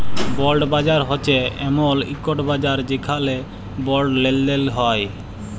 বল্ড বাজার হছে এমল ইকট বাজার যেখালে বল্ড লেলদেল হ্যয়